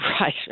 right